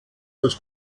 das